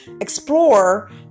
explore